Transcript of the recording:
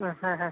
ആ ഹാ ഹാ